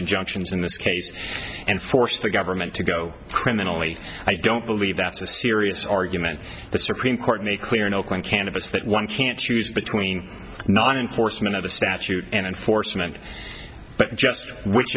injunctions in this case and force the government to go criminally i don't believe that's a serious argument the supreme court made clear in oakland cannabis that one can choose between not enforcement of the statute and enforcement but just which